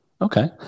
Okay